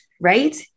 right